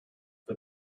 for